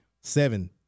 Seven